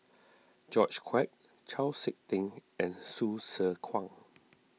George Quek Chau Sik Ting and Hsu Tse Kwang